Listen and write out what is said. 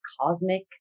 cosmic